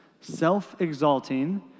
Self-exalting